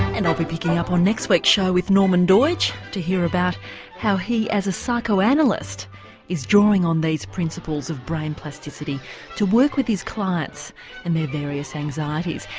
and i'll be picking up on next week's show with norman doidge to hear about how he as a psychoanalyst is drawing on these principles of brain plasticity to work with his clients and their various anxieties.